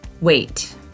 wait